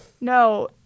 No